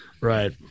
Right